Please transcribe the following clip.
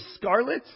scarlet